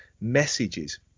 messages